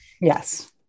Yes